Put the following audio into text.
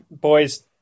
Boys